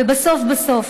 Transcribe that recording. ובסוף בסוף,